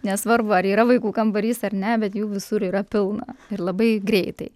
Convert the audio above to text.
nesvarbu ar yra vaikų kambarys ar ne bet jų visur yra pilna ir labai greitai